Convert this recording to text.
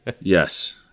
Yes